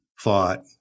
thought